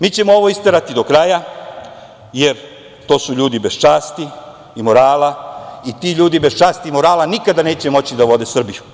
Mi ćemo ovo isterati do kraja, jer to su ljudi bez časti i morala i ti ljudi bez časti i morala nikada neće moći da vode Srbiju.